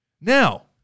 Now